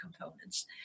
components